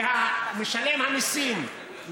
ממשלם המיסים,